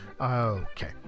Okay